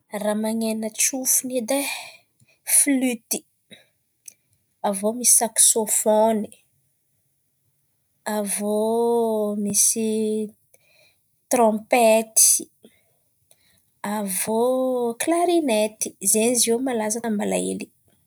Ràha man̈ena tsofiny edy e: flity, avy iô misy saksôfôny, avy iô misy trompety, avy iô klarinety zain̈y izy iô no malaza tamin'ny mbala hely.